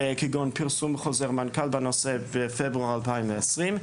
כגון פרסום חוזר מנכ"ל בנושא בפברואר 2020,